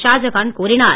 ஷாஜகான் கூறினார்